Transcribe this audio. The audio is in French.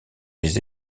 les